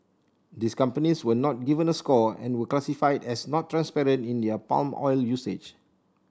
these companies were not given a score and were classified as not transparent in their palm oil usage